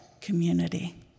community